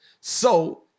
So-